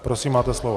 Prosím, máte slovo.